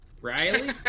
Riley